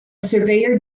surveyor